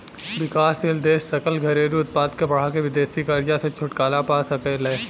विकासशील देश सकल घरेलू उत्पाद के बढ़ा के विदेशी कर्जा से छुटकारा पा सके ले